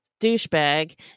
douchebag